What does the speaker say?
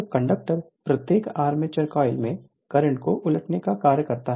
तो कम्यूटेटर प्रत्येक armature coil में करंट को उलटने का कार्य करता है